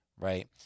right